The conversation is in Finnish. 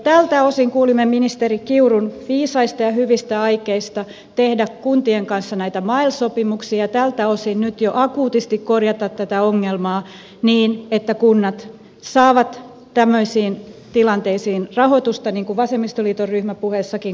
tältä osin kuulimme ministeri kiurun viisaista ja hyvistä aikeista tehdä kuntien kanssa näitä mal sopimuksia ja tältä osin nyt jo akuutisti korjata tätä ongelmaa niin että kunnat saavat tämmöisiin tilanteisiin rahoitusta niin kuin vasemmistoliiton ryhmäpuheessakin kaivattiin